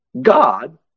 God